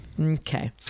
Okay